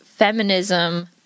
feminism